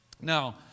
Now